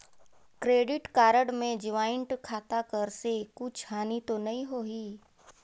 Credit card मे joint खाता कर से कुछ हानि तो नइ होही?